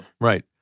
Right